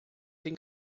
tem